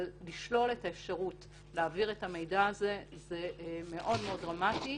אבל לשלול את האפשרות להעביר את המידע הזה זה מאוד דרמטי.